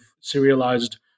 serialized